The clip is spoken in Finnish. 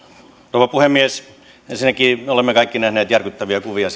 rouva puhemies ensinnäkin olemme kaikki nähneet järkyttäviä kuvia